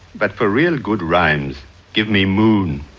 but for real good rhymes give me moon.